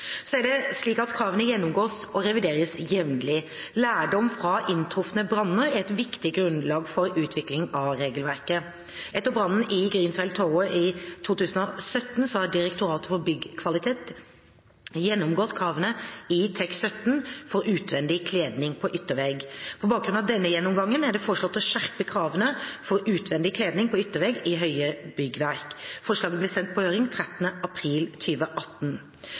Kravene gjennomgås og revideres jevnlig. Lærdom fra inntrufne branner er et viktig grunnlag for utviklingen av regelverket. Etter brannen i Grenfell Tower i 2017 har Direktoratet for byggkvalitet gjennomgått kravene i TEK17 for utvendig kledning på yttervegg. På bakgrunn av denne gjennomgangen er det foreslått å skjerpe kravene for utvendig kledning på yttervegg i høye byggverk. Forslaget ble sendt på høring 13. april